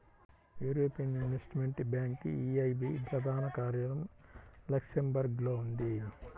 European investment bank EIB ప్రధాన కార్యాలయం లక్సెంబర్గ్లో ఉంది